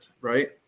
right